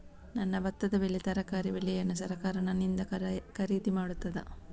ನನ್ನ ಭತ್ತದ ಬೆಳೆ, ತರಕಾರಿ ಬೆಳೆಯನ್ನು ಸರಕಾರ ನನ್ನಿಂದ ಖರೀದಿ ಮಾಡುತ್ತದಾ?